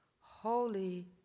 holy